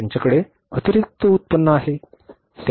त्यांच्याकडे अतिरिक्त उत्पन्न आहे